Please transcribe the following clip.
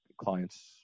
clients